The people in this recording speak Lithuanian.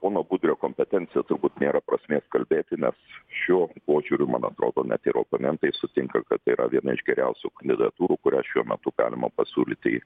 pono budrio kompetenciją turbūt nėra prasmės kalbėti nes šiuo požiūriu man atrodo net ir oponentai sutinka kad yra viena iš geriausių kandidatūrų kurias šiuo metu galima pasiūlyti į